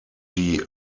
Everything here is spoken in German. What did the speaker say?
die